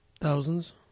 Thousands